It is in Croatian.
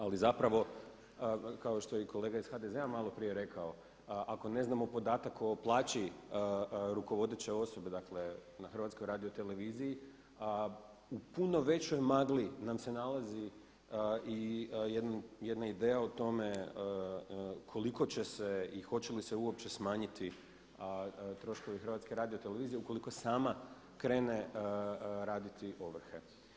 Ali zapravo kao što je i kolega iz HDZ-a maloprije rekao ako ne znamo podatak o plaći rukovodeće osobe dakle na HRT-u u puno većoj magli nam se nalazi i jedna ideja o tome koliko će se i hoće li se uopće smanjiti troškovi HRT-a ukoliko sama krene raditi ovrhe.